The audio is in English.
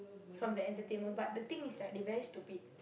from the entertainment but the thing is right they very stupid